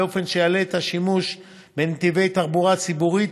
באופן שיעלה את השימוש בנתיבי תחבורה ציבורית